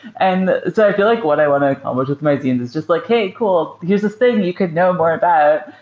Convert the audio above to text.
and so i feel like what i want to accomplish with my zines is just like, hey, cool. here's this thing you could know more about.